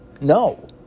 no